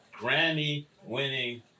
Grammy-winning